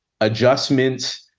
adjustments